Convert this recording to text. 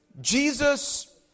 Jesus